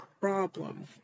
problem